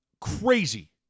crazy